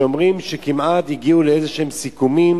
שאומרים שכמעט הגיעו לאיזה סיכומים,